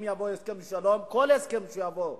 אם יבוא הסכם שלום, כל הסכם שיבוא ברוב,